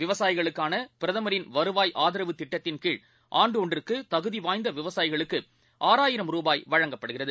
விவசாயிகளுக்கானபிரதமரின் வருவாய் திட்டத்தின் கீழ் ஆதரவு ஆண்டுஒன்றுக்குதகுதிவாய்ந்தவிவசாயிகளுக்குஆறாயிரம் ரூபாய் வழங்கப்படுகிறது